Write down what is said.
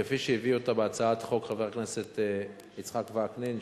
כפי שהביא אותה בהצעת חוק חבר הכנסת יצחק וקנין,